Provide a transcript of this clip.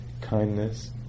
Kindness